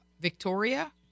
Victoria